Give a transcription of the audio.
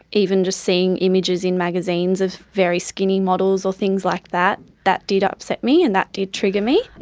even just seeing images in magazines of very skinny models or things like that, that did upset me and that did trigger me.